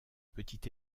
petit